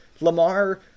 Lamar